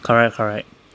correct correct